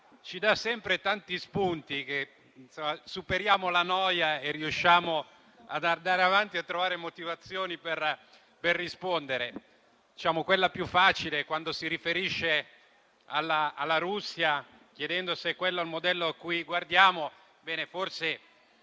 ci dà sempre tanti spunti, così da farci superare la noia, andare avanti e trovare motivazioni per rispondere. Quella più facile è quando si riferisce alla Russia, chiedendo se quello è il modello a cui guardiamo. Ebbene,